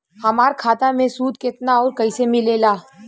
हमार खाता मे सूद केतना आउर कैसे मिलेला?